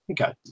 okay